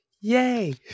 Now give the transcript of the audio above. yay